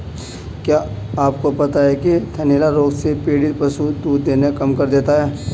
क्या आपको पता है थनैला रोग से पीड़ित पशु दूध देना कम कर देता है?